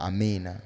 Amen